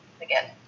Again